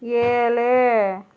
ஏழு